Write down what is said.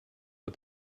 but